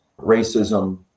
racism